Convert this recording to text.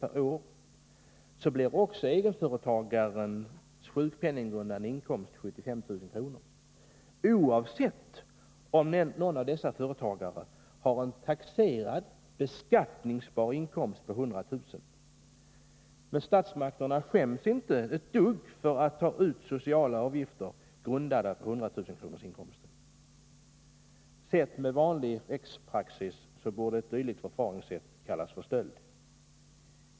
per år, så blir också egenföretagarens sjukpenninggrundande inkomst 75 000 kr., oavsett om någon av dessa företagare har en taxerad beskattningsbar inkomst på 100 000 kr. Men statsmakterna skäms inte ett dugg för att ta ut sociala avgifter grundade på 100 000-kronorsinkomsten. Med vanlig rättspraxis som utgångspunkt borde ett dylikt förfaringssätt kallas för stöld.